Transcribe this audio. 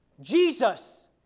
Jesus